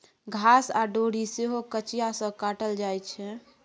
घास आ डोरी सेहो कचिया सँ काटल जाइ छै